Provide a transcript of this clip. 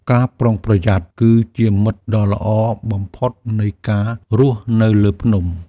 ការប្រុងប្រយ័ត្នគឺជាមិត្តដ៏ល្អបំផុតនៃការរស់នៅលើភ្នំ។